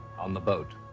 on the boat